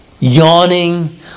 yawning